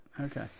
Okay